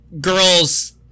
girls